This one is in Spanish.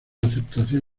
aceptación